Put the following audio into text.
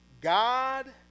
God